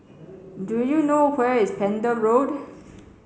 do you know where is Pender Road